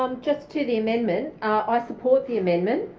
um just to the amendment. i support the amendment.